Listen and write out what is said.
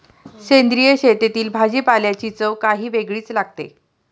सेंद्रिय शेतातील भाजीपाल्याची चव काही वेगळीच लागते